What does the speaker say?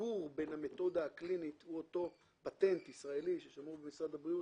והחיבור בין המתודה הקלינית הוא אותו פטנט ישראלי ששמור במשרד הבריאות